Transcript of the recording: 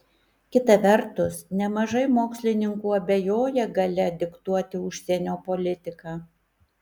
kita vertus nemažai mokslininkų abejoja galia diktuoti užsienio politiką